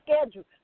schedule